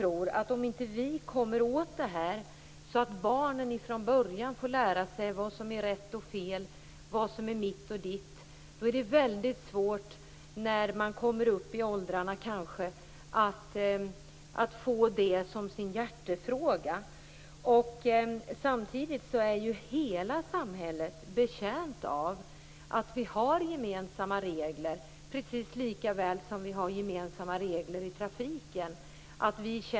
Om vi inte kommer åt dessa frågor så att barnen från början får lära sig vad som är rätt och fel, vad som är mitt och ditt, blir det svårt för dem att upp i åldrarna betrakta dessa frågor som deras hjärtefrågor. Samtidigt är hela samhället betjänt av att vi har gemensamma regler, precis som vi har gemensamma regler i trafiken.